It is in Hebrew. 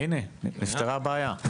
הנה, נפתרה הבעיה.